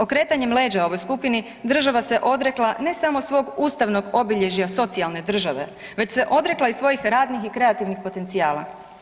Okretanjem leđa ovoj skupini, država se odrekla ne samo svog ustavnog obilježja socijalne države, već se odrekla i svojih radnih i kreativnih potencijala.